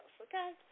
okay